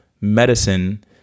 medicine